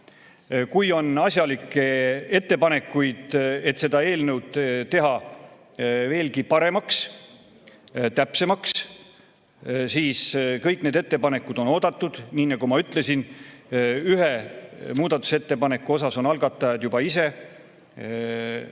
Kui on asjalikke ettepanekuid, et seda eelnõu teha veelgi paremaks, täpsemaks, siis kõik need ettepanekud on oodatud. Nii nagu ma ütlesin, ühe muudatusettepaneku puhul on algatajad juba ise läbi